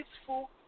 peaceful